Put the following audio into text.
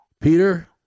Peter